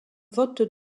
vote